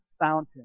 Fountain